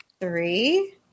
three